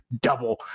double